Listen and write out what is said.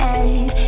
end